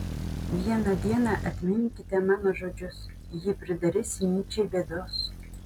vieną dieną atminkite mano žodžius ji pridarys nyčei bėdos